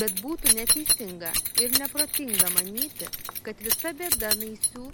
bet būtų neteisinga ir neprotinga manyti kad visa bėda naisių